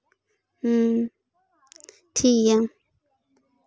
ᱦᱩᱸ ᱴᱷᱤᱠ ᱜᱮᱭᱟ